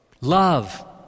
Love